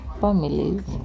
Families